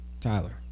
Tyler